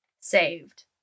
Saved